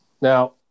Now